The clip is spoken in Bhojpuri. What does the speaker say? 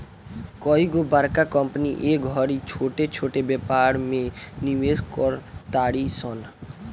कइगो बड़का कंपनी ए घड़ी छोट छोट व्यापार में निवेश कर तारी सन